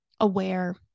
aware